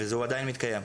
והוא עדיין מתקיים.